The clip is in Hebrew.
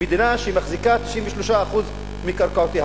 שמחזיקה 93% מקרקעותיה.